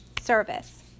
service